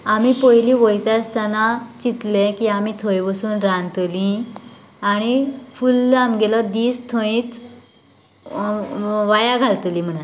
आमी पयली वयता आसतना चिंतले की आमी थंय वचून रांदतलीं आनी फुल्ल आमगेलो दीस थंयच वाया घालतली म्हणन